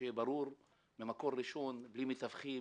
שיהיה ברור ממקור ראשון, בלי מתווכים